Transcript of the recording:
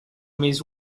mis